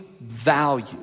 value